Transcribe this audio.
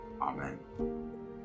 Amen